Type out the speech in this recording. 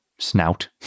snout